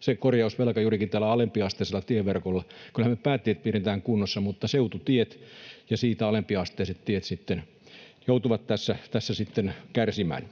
Se korjausvelkahan on juurikin täällä alempiasteisella tieverkolla. Kyllähän me päätiet pidetään kunnossa, mutta seututiet ja siitä alempiasteiset tiet joutuvat tässä kärsimään.